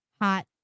hot